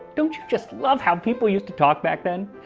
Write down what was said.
don't you just love how people used to talk back then.